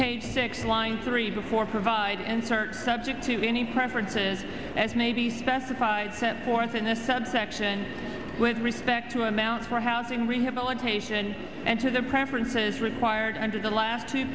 paid six lines three before provide insert subject to any preferences as may be specified set forth in a subsection with respect to amount for housing rehabilitation and to the preferences required under the last two